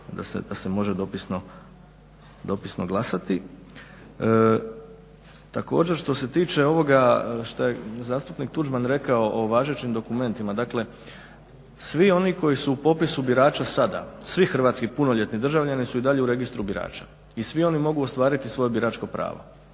da se može dopisno glasati. Također, što se tiče ovoga što je zastupnik Tuđman rekao o važećim dokumentima, dakle svi oni koji su u popisu birača sada, svi hrvatski punoljetni državljani su i dalje u Registru birača i svi oni mogu ostvariti svoje biračko pravo